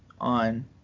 on